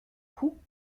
coups